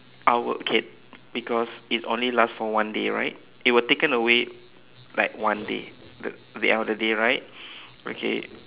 I will okay because it only last for one day right it will taken away like one day the the end of the day right okay